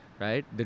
right